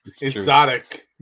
exotic